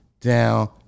down